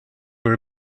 were